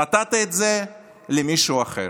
נתת את זה למישהו אחר".